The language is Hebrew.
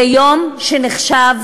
זה יום שנחשב